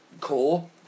core